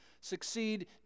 Succeed